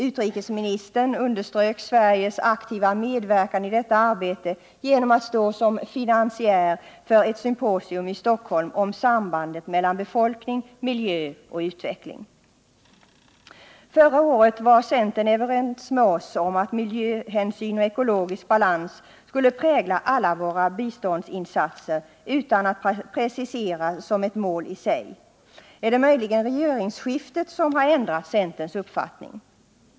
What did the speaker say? Utrikesministern underströk Sveriges aktiva medverkan i detta arbete genom att Sverige står som finansiär för ett symposium i Stockholm om sambandet mellan befolkning, miljö och utveckling. Förra året var centern överens med oss om att miljösyn och ekologisk balans skulle prägla alla våra biståndsinsatser utan att preciseras som ett mål i sig. Är det möjligen regeringsskiftet som har ändrat centerns uppfattning?